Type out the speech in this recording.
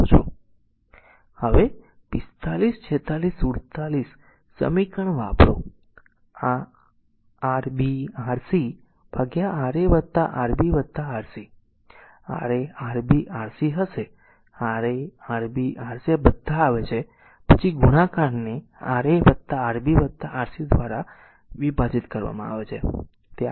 તેથી જો હવે 45 46 અને 47 સમીકરણ વાપરો તેથી Rb Rc Ra Rb Rc Ra Rb Rc હશે Ra Rb Rc બધા આવે છે પછી ગુણાકારને Ra Rb Rc દ્વારા વિભાજિત કરવામાં આવે છે